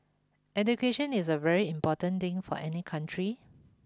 education is a very important thing for any country